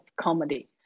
comedy